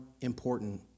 important